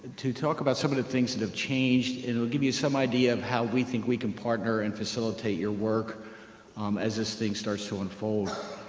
to talk about some of the things that have changed, and it'll give you some idea of how we think we can partner and facilitate your work as this thing starts to unfold.